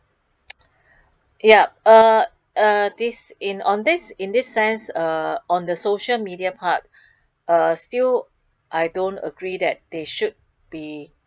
yup uh uh this in on in this sense uh on the social media part uh still I don't agree that they should be